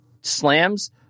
slams